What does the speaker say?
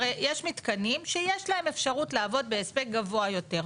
הרי יש מתקנים שיש להם אפשרות לעבוד בהספק גבוה יותר.